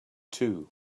too